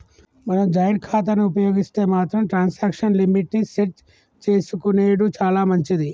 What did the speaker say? మనం జాయింట్ ఖాతాను ఉపయోగిస్తే మాత్రం ట్రాన్సాక్షన్ లిమిట్ ని సెట్ చేసుకునెడు చాలా మంచిది